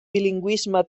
bilingüisme